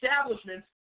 establishments